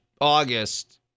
August